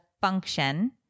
function